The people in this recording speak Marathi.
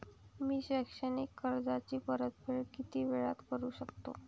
मी शैक्षणिक कर्जाची परतफेड किती वेळात करू शकतो